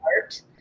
art